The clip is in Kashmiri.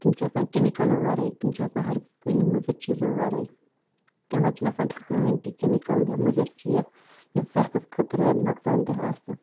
تِم چھِ آسان کیٚمِکَلو وَرٲے تِم چھِ آسان ہرکُنہِ مُضِر چیٖزو وَرٲے تِمَن چھِنہٕ آسان کٕہٕنۍ تہِ کیٚمِکَل یا مُضِر چیٖز یُس صحتَس خٲطرٕ نۄقصان دہ آسہِ